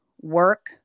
work